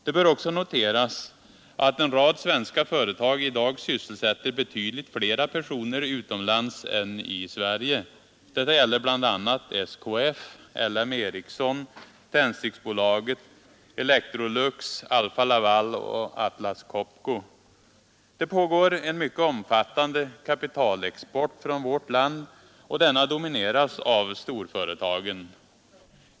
Det bör också noteras att en rad svenska företag i dag sysselsätter betydligt fler personer utomlands än i Sverige. Detta gäller bl.a. SKF, LM Ericsson, Tändsticksbolaget, Electrolux, Alfa-Laval och Atlas Copco. Det pågår en mycket omfattande kapitalexport från vårt land, och denna domineras av storföretagen.